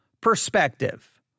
perspective